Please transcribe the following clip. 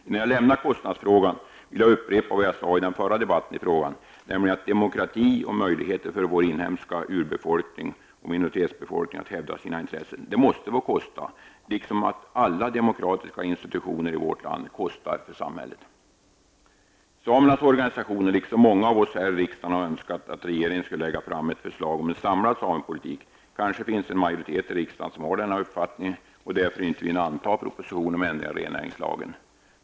Innan jag lämnar kostnadsfrågan vill jag upprepa vad jag sade i den förra debatten i frågan, nämligen att demokrati och möjligheter för vår inhemska urbefolkning och minoritetsbefolkning att hävda sina intressen måste få kosta liksom alla demokratiska institutioner i vårt land kostar pengar för samhället. Samernas organisationer liksom många av oss här i riksdagen har önskat att regeringen skall lägga fram ett förslag om en samlad samepolitik. Kanske finns det en majoritet i riksdagen som har denna uppfattning och därför inte vill anta en proposition om ändringar i rennäringslagen.